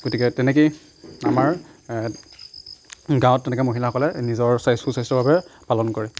গতিকে তেনেকৈয়ে আমাৰ গাঁৱত তেনেকৈ মহিলাসকলে নিজৰ সু স্বাস্থ্যৰ বাবে পালন কৰে